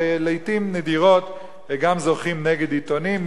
ולעתים נדירות גם זוכים נגד עיתונים.